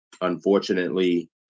unfortunately